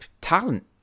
talent